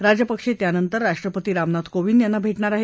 राजपक्षे त्यानंतर राष्ट्रपती रामनाथ कोविंद यांना भेटणार आहेत